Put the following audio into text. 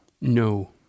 No